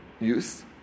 use